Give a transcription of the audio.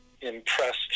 Impressed